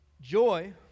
Joy